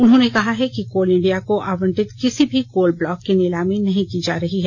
उन्होंने कहा है कि कोल इंडिया को आवंटित किसी भी कोल ब्लॉक की नीलामी नहीं की जा रही है